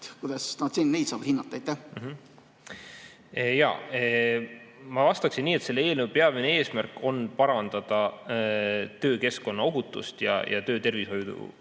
Ma vastaksin nii, et selle eelnõu peamine eesmärk on parandada töökeskkonna ohutust ja töötervishoiuteenust.